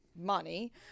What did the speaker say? money